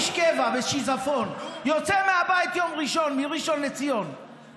איש קבע בשיזפון יוצא מהבית ביום ראשון מראשון לציון,